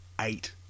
Eight